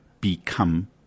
become